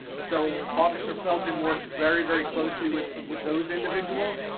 so officer felton works very, very closely with with those individuals,